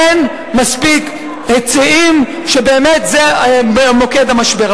אין מספיק היצעים, שבאמת זה מוקד המשבר.